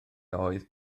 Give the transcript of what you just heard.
oedd